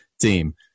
team